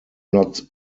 not